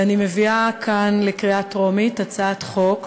ואני מביאה כאן לקריאה טרומית הצעת חוק